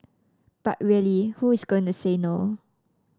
but really who is going to say no